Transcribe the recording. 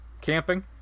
camping